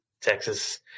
Texas